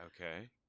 Okay